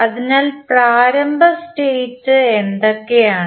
അതിനാൽ പ്രാരംഭ സ്റ്റേറ്റ് എന്തൊക്കെയാണ്